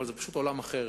אבל זה פשוט עולם אחר,